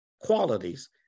qualities